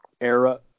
era